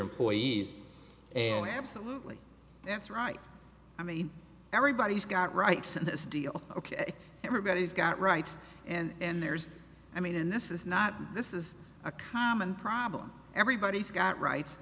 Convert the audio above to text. employees and absolutely that's right i mean everybody's got rights in this deal ok everybody's got rights and there's i mean and this is not this is a common problem everybody's got rights